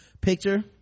picture